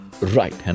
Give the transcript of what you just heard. right